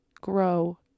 grow